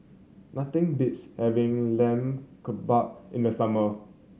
nothing beats having Lamb Kebab in the summer